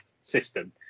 system